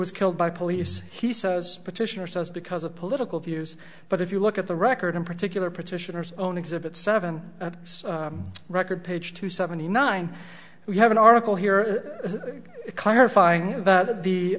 was killed by police he says petitioner says because of political views but if you look at the record in particular petitioners own exhibit seven record page two seventy nine we have an article here clarifying th